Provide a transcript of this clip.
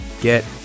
get